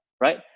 right